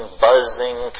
buzzing